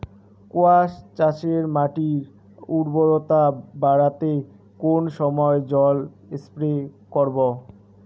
কোয়াস চাষে মাটির উর্বরতা বাড়াতে কোন সময় জল স্প্রে করব?